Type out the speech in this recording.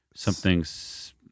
Something's